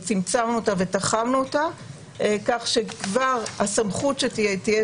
צמצמנו אותה ותחמנו אותה כך שהסמכות שכבר תהיה תהיה